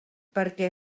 perquè